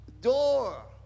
door